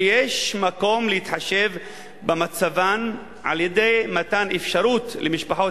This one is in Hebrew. ויש מקום להתחשב במצבן על-ידי מתן אפשרות למשפחות